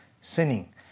sinning